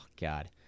God